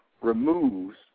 removes